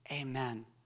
amen